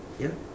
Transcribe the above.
ya